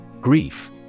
Grief